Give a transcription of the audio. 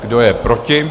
Kdo je proti?